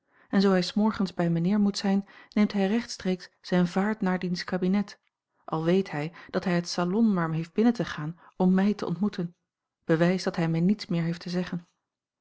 en zoo hij s morgens bij mijnheer moet zijn neemt hij rechtstreeks zijne vaart naar diens kabinet al weet hij dat hij het salon maar heeft binnen te gaan om mij te ontmoeten bewijs dat hij mij niets meer heeft te zeggen